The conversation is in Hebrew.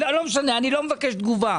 אני לא מבקש תגובה.